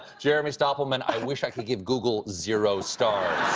jerry i mean stoppelman, i wish i could give google zero stars.